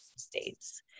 States